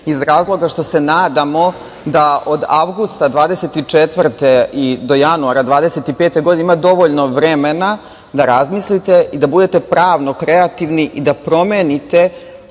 iz razloga što se nadamo da od avgusta 2024. do januara 2025. godine ima dovoljno vremena da razmislite i da budete pravno kreativni i da promenite